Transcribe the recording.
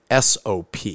SOP